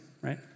right